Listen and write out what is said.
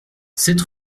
sept